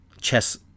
chess